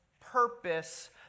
purpose